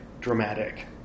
dramatic